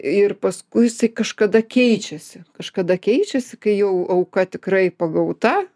ir paskui jisai kažkada keičiasi kažkada keičiasi kai jau auka tikrai pagauta